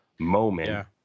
moment